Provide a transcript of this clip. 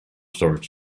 storage